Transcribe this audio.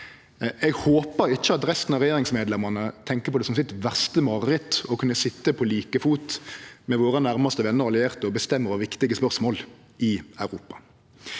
Eg håper ikkje resten av regjeringsmedlemene tenkjer på det som sitt verste mareritt å kunne sitje på like fot med våre nærmaste venar og allierte og bestemme over viktige spørsmål i Europa.